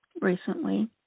recently